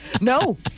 No